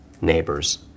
neighbors